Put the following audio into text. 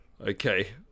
okay